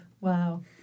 Wow